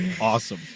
Awesome